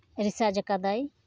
ᱨᱤᱥᱟᱨᱪᱟᱠᱟᱫᱟᱭ